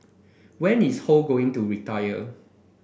when is Ho going to retire